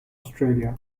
australia